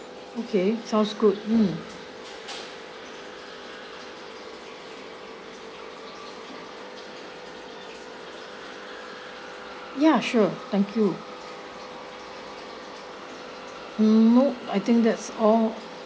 okay sounds good mm ya sure thank you mm nope I think that's all